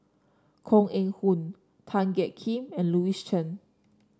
Koh Eng Hoon Tan Jiak Kim and Louis Chen